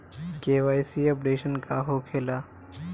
KYC updation का होखेला?